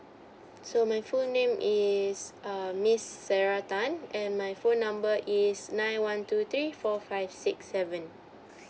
so my full name is err miss sarah tan and my phone number is nine one two three four five six seven